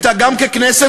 איך אנחנו מגיעים למצב הזה?